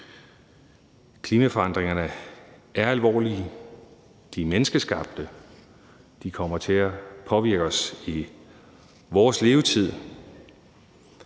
Klimaforandringerne er alvorlige, de er menneskeskabte, og de kommer til at påvirke os i vores levetid.